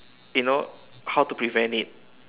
you know how to prevent it